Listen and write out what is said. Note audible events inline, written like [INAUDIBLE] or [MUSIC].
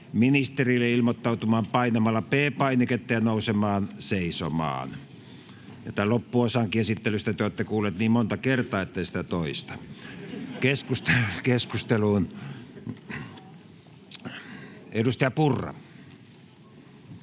ministerille, ilmoittautumaan painamalla P-painiketta ja nousemalla seisomaan. Tämän loppuosankin esittelystä te olette kuulleet niin monta kertaa, etten sitä toista. [LAUGHS] Keskusteluun. — Edustaja Purra.